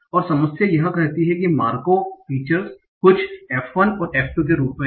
और समस्या यह कहती है कि मार्कोव फीचर्स कुछ f 1 और f 2 के रूप में है